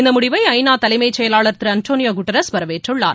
இந்த முடிவை ஐ நா தலைமை செயலாளர் திரு அன்டோனியோ குட்டரஸ் வரவேற்றுள்ளார்